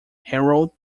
herald